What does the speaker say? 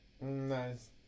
Nice